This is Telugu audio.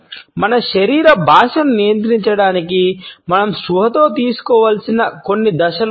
మన శరీర భాషను నియంత్రించడానికి మనం స్పృహతో తీసుకోవలసిన కొన్ని దశలు ఉన్నాయి